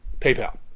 PayPal